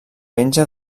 penja